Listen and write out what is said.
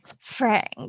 Frank